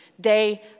day